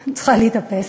אני צריכה להתאפס.